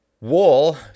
wall